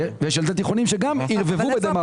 ויש ילדי תיכונים שגם ערבבו בדה-מרקר.